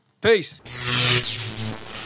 Peace